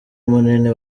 munini